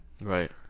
Right